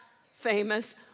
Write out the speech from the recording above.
famous